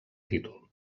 títol